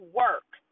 work